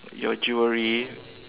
your jewelery